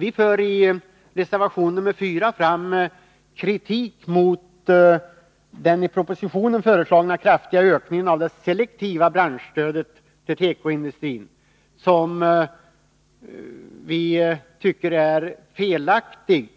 Vi för i reservation nr 4 fram kritik mot den i propositionen föreslagna kraftiga ökningen av det selektiva branschstödet till tekoindustrin, som vi tycker är felaktigt,